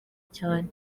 cyane